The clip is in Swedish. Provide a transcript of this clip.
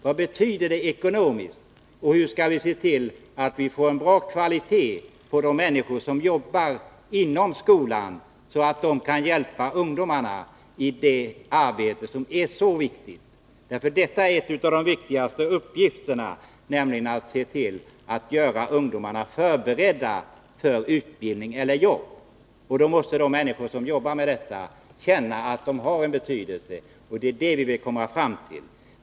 Vad betyder detta ekonomiskt, och hur skall vi se till att vi får en bra kvalitet på de människor som inom skolan jobbar med detta mycket viktiga arbete, så att de kan hjälpa ungdomarna? En av de viktigaste uppgifterna är nämligen att se till att ungdomarna är förberedda för utbildning eller jobb. De människor som har denna uppgift måste känna att de har betydelse. Det är det som vi vill komma fram till.